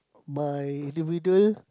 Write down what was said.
my team leader